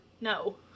No